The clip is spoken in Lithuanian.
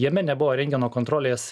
jame nebuvo rentgeno kontrolės